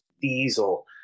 Diesel